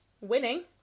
winning